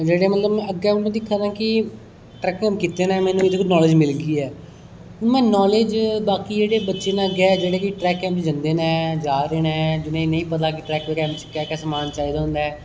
जेहडे़ मतलब अग्गे हून में दिक्खा ना कि ट्रैक कैंप किते ना में ते नाॅलेज मिली गेई ऐ में नाॅलेज बाकी जेहडे़ बच्चे ना अग्गै बी जेहडे़ ट्रैक कैंप जंदे ना जारदे ना जिन्हेगी नेईं पता ट्रैक कैंप च केह् केंह् समान चाहिदा होंदा ऐ